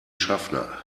schaffner